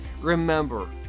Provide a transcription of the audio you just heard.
Remember